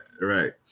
Right